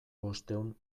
bostehun